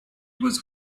was